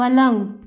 पलंग